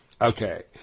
Okay